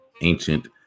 ancient